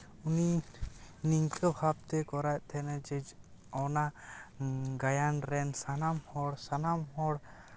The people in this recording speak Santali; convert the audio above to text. ᱩᱱᱤ ᱱᱚᱝᱠᱟ ᱵᱷᱟᱵᱽᱛᱮ ᱠᱚᱨᱟᱣ ᱮᱫ ᱛᱟᱦᱮᱸᱱᱟᱭ ᱡᱮ ᱚᱱᱟ ᱜᱟᱭᱟᱱ ᱨᱮᱱ ᱥᱟᱱᱟᱢ ᱦᱚᱲ ᱥᱟᱱᱟᱢ ᱦᱚᱲ